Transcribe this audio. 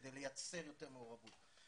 כדי לייצר יותר מעורבות.